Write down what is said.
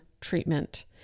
treatment